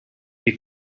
you